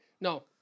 no